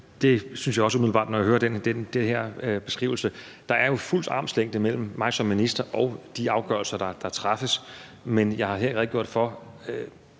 det synes jeg også umiddelbart, når jeg hører den her beskrivelse. Der er jo fuld armslængde mellem mig som minister og de afgørelser, der træffes, men jeg har her redegjort for